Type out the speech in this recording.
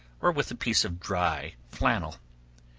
or with a piece of dry flannel.